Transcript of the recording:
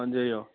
മഞ്ചേരിയോ